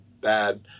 bad